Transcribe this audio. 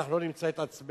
אנחנו לא נמצא את עצמנו,